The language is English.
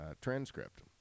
transcript